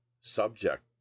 subject